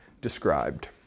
described